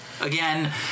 Again